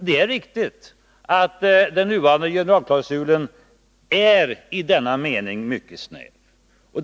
Det är riktigt att den nuvarande generalklausulen i denna mening är mycket snäv.